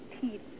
teeth